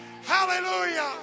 Hallelujah